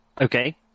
Okay